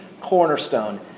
cornerstone